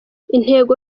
intego